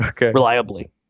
reliably